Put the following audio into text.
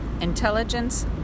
intelligence